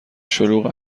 شلوغ